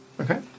Okay